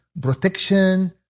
protection